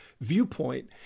viewpoint